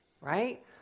right